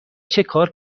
چکار